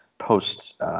post